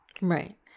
Right